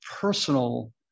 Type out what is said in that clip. personal